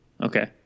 Okay